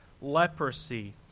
Leprosy